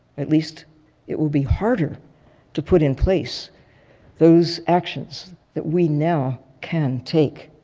at least it will be harder to put in place those actions that we now can take.